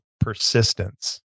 persistence